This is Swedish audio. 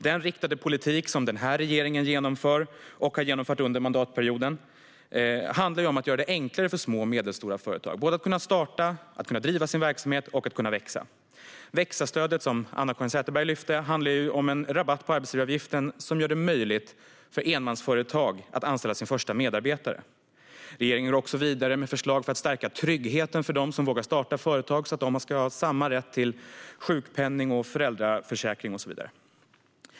Den riktade politik som denna regering genomför och har genomfört under mandatperioden handlar om att göra det enklare för små och medelstora företag att kunna starta, att kunna driva sin verksamhet och att kunna växa. Växa-stödet, som Anna-Caren Sätherberg tog upp, handlar om en rabatt på arbetsgivaravgiften som gör det möjligt för enmansföretag att anställa sin första medarbetare. Regeringen går också vidare med förslag för att stärka tryggheten för dem som vågar starta företag, så att de ska ha samma rätt till sjukpenning, föräldraförsäkring och så vidare.